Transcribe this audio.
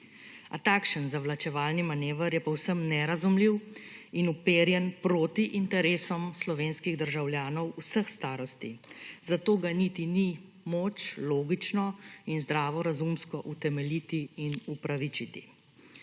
takšen zavlačevalni manever je povsem nerazumljiv in uperjen proti interesom slovenskih državljanov vseh starosti, zato ga niti ni moč logično in zdravorazumsko utemeljiti in upravičiti.